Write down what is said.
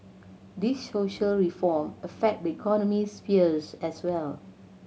these social reform affect the economic spheres as well